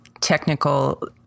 technical